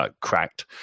cracked